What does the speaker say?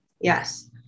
yes